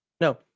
no